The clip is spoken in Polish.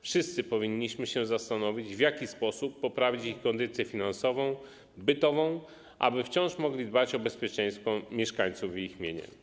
Wszyscy powinniśmy się zastanowić, w jaki sposób poprawić ich kondycję finansową, bytową, aby wciąż mogli dbać o bezpieczeństwo mieszkańców i ich mienie.